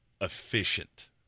efficient